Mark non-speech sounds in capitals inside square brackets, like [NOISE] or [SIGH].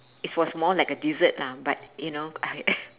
it was more like a dessert lah but you know I [LAUGHS]